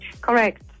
correct